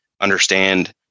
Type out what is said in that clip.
understand